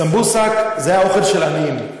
סמבוסק היה אוכל של עניים.